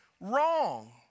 wrong